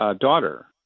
daughter